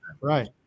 Right